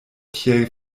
tiel